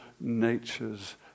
natures